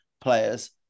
players